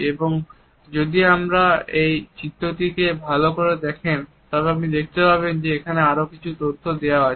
এবং যদি আপনি এই চিত্রটি কে ভালো ভাবে দেখেন তবে আপনি দেখতে পাবেন এখানে আরো কিছু তথ্য দেওয়া আছে